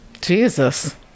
Jesus